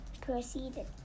proceeded